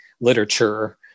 literature